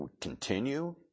continue